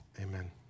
amen